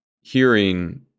hearing